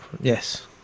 Yes